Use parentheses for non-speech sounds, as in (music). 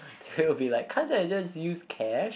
(breath) they will be like can't I just use cash